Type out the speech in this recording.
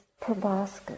proboscis